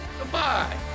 Goodbye